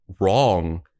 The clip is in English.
wrong